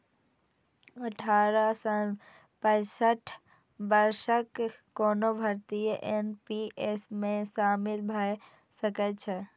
अठारह सं पैंसठ वर्षक कोनो भारतीय एन.पी.एस मे शामिल भए सकै छै